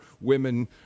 women